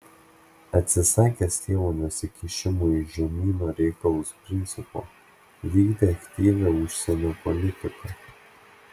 atsisakęs tėvo nesikišimo į žemyno reikalus principo vykdė aktyvią užsienio politiką